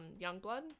Youngblood